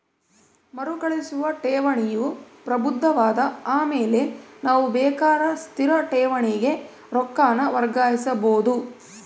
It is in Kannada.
ಮರುಕಳಿಸುವ ಠೇವಣಿಯು ಪ್ರಬುದ್ಧವಾದ ಆಮೇಲೆ ನಾವು ಬೇಕಾರ ಸ್ಥಿರ ಠೇವಣಿಗೆ ರೊಕ್ಕಾನ ವರ್ಗಾಯಿಸಬೋದು